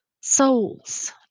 Souls